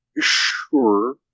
sure